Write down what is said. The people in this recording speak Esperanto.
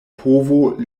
povo